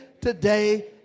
today